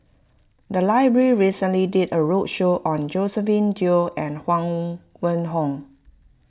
the library recently did a roadshow on Josephine Teo and Huang Wenhong